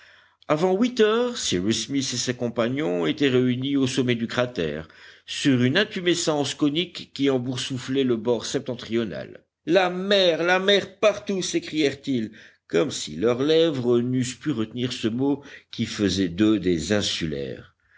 avant huit heures cyrus smith et ses compagnons étaient réunis au sommet du cratère sur une intumescence conique qui en boursouflait le bord septentrional la mer la mer partout s'écrièrent-ils comme si leurs lèvres n'eussent pu retenir ce mot qui faisait d'eux des insulaires